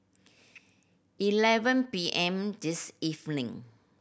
eleven P M this evening